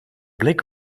blik